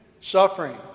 suffering